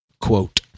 quote